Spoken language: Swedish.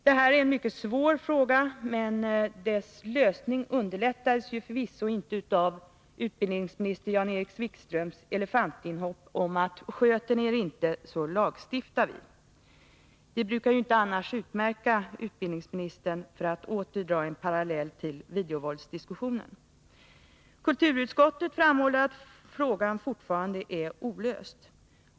Detta är en mycket svår fråga, men dess lösning underlättades förvisso inte av utbildningsminister Jan-Erik Wikströms elefantinhopp, genom hans uttalande att ”sköter ni er inte, så lagstiftar vi”. Sådant brukar ju inte annars utmärka utbildningsministern — för att åter dra en parallell till videovåldsdiskussionen. Kulturutskottet framhåller att frågan fortfarande är olöst.